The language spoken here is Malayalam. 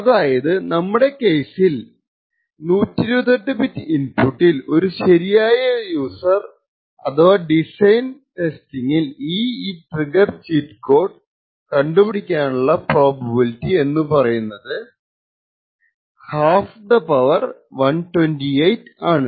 അതായതു നമ്മുടെ കേസിൽ 128 bit ഇൻപുട്ടിൽ ഒരു ശരിയായ യൂസർ അഥവാ ഡിസൈനർ ടെസ്റ്റിങ്ങിൽ ഈ ഒരു ട്രിഗ്ഗർ ചീറ്റ് കോഡ് കണ്ടുപിടിക്കാനുള്ള പ്രോബബിലിറ്റി എന്ന് പറയുന്നത് ½128 ആണ്